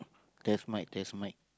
test mic test mic